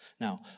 Now